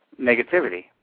negativity